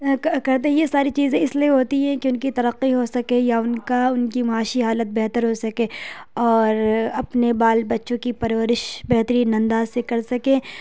کرتے ہیں یہ ساری چیز اس لیے ہوتی ہیں کہ ان کی ترقی ہو سکے یا ان کا ان کی معاشی حالت بہتر ہو سکے اور اپنے بال بچوں کی پرورش بہترین انداز سے کر سکیں